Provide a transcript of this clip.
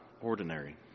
ordinary